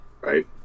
Right